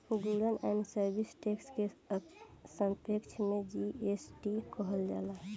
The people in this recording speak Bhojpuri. गुड्स एण्ड सर्विस टैक्स के संक्षेप में जी.एस.टी कहल जाला